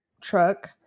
truck